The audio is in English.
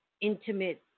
intimate